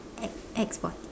act act sporty